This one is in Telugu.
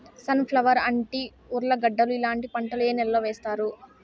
సన్ ఫ్లవర్, అంటి, ఉర్లగడ్డలు ఇలాంటి పంటలు ఏ నెలలో వేస్తారు?